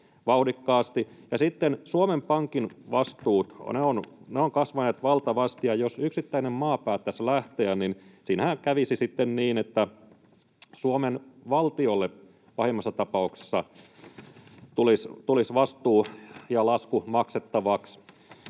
Suomen Pankin vastuut ovat kasvaneet valtavasti, ja jos yksittäinen maa päättäisi lähteä, niin siinähän kävisi sitten niin, että Suomen valtiolle pahimmassa tapauksessa tulisi vastuu ja lasku maksettavaksi.